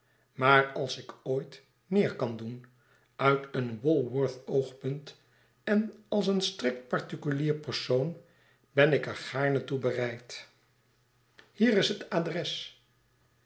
maar als ik ooit meer kan doen uit een walworthsch oogpunt en als een strikt particulier persoon ben ik er gaarne toe bereid hier is het adres